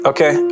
Okay